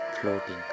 floating